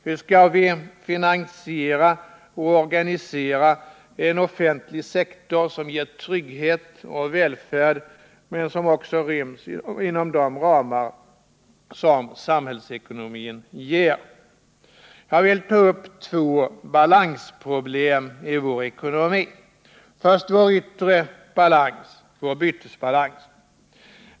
Hur skall vi finansiera och organisera en offentlig sektor, som ger trygghet och välfärd men som också ryms inom de ramar som samhällsekonomin ger? Jag vill ta upp två balansproblem i vår ekonomi. Först vår yttre balans, vår bytesbalans.